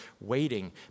waiting